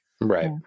Right